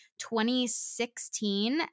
2016